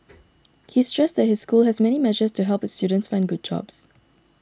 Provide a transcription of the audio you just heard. he stressed that his school has many measures to help its students find good jobs